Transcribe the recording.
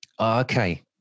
Okay